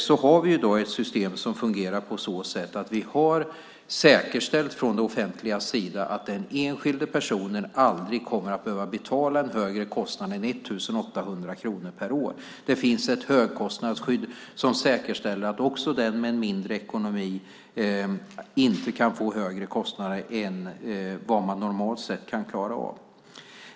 Vi har i dag ett system som fungerar så att vi från det offentligas sida har säkerställt att den enskilde personen aldrig kommer att behöva betala en högre kostnad än 1 800 kronor per år. Det finns ett högkostnadsskydd som säkerställer att också den med en mindre ekonomi inte kan få högre kostnader än vad man normalt sett kan klara av.